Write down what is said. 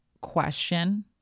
question